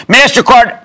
MasterCard